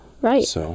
right